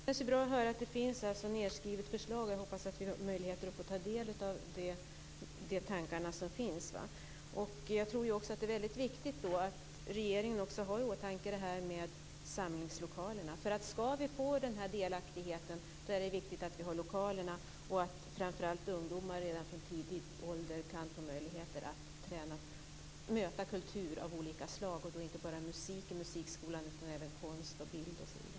Fru talman! Det känns bra att höra att det finns förslag nedskrivna. Jag hoppas att vi har möjligheter att få ta del av de tankar som finns. Jag tror att det är mycket viktigt att regeringen också har i åtanke detta med samlingslokalerna. Om vi skall få den här delaktigheten är det viktigt att vi har lokalerna, så att framför allt ungdomar redan från tidig ålder kan få möjligheter att möta kultur av olika slag, och då inte bara musik i musikskolan utan även konst och bild osv.